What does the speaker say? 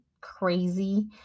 crazy